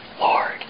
Lord